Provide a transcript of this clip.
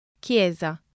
Chiesa